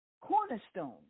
cornerstone